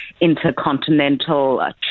Intercontinental